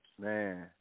Man